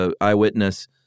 eyewitness